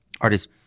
artists